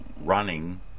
running